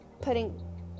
putting